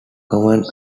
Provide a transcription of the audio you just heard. common